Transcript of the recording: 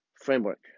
Framework